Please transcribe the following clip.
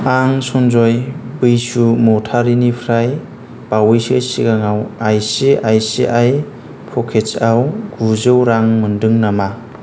आं सनजय बैसुमतारिनिफ्राय बावैसो सिगाङाव I C I C I प'केट्सआव गुजौ रां मोनदों नामा